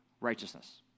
righteousness